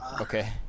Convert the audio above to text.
Okay